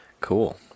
cool